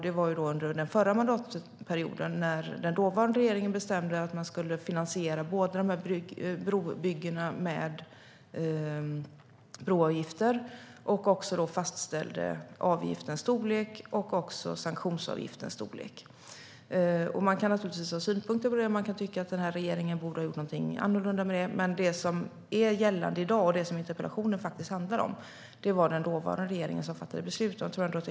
Det skedde under den förra mandatperioden när den dåvarande regeringen bestämde att båda dessa brobyggen skulle finansieras med broavgifter. Då fastställdes också avgiftens storlek och sanktionsavgiftens storlek. Man kan naturligtvis ha synpunkter på det, och man kan tycka att denna regering borde ha gjort någonting annorlunda med det. Men det var den dåvarande regeringen som fattade beslut om det som är gällande i dag och som interpellationen faktiskt handlar om.